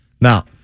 Now